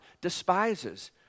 despises